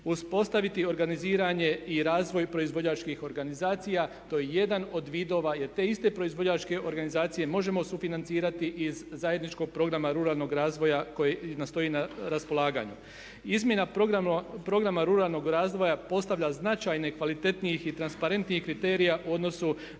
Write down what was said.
Uspostaviti organiziranje i razvoj proizvođačkih organizacija, to je jedan od vidova jer te iste proizvođačke organizacije možemo sufinancirati iz zajedničkog programa ruralnog razvoja koji nam stoji na raspolaganju. Izmjena programa ruralnog razvoja postavlja značajne, kvalitetnijih i transparentnijih kriterija u odnosu